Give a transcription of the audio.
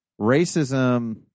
racism